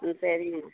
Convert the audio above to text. ம் சரிங்கம்மா